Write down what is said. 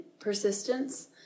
persistence